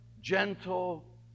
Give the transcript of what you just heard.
gentle